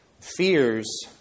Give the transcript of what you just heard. fears